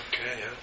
okay